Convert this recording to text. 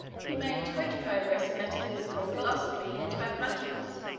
he made great progress in metaphysical philosophy and mathematics,